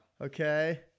Okay